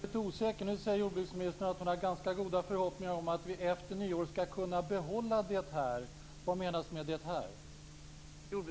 Fru talman! Jag blir lite osäker. Nu säger jordbruksministern att hon har ganska goda förhoppningar om att vi efter nyår skall kunna behålla det här. Vad menas med "det här"?